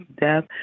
death